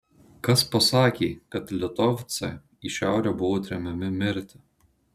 kas pasakė kad litovcai į šiaurę buvo tremiami mirti